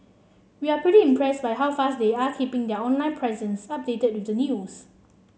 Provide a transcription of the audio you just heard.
we're pretty impress by how fast they are keeping their online presence updated with the news